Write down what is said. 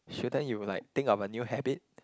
shouldn't you like think of a new habit